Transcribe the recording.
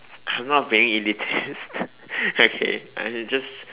I'm not being in defence okay I'm just